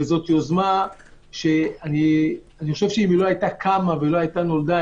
זאת יוזמה שאם לא הייתה קמה ולא הייתה נולדת,